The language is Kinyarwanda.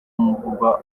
murwa